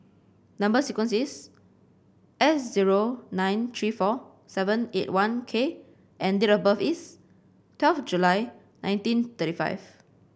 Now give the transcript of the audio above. number sequence is S zero nine three four seven eight one K and date of birth is twelve July nineteen thirty five